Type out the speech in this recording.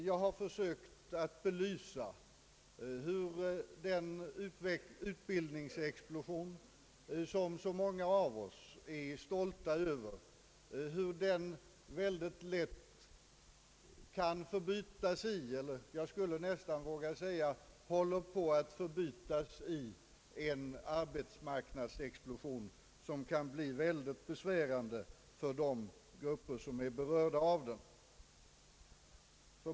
Jag har försökt belysa hur den utbildningsexplosion, som så många av oss är stolta över, lätt kan eller jag vågar nästan säga håller på att förbytas i en arbetsmarknadsexplosion som blir ytterst besvärande för vissa av de berörda grupperna.